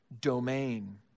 domain